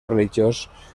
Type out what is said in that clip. religiós